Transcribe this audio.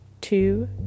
two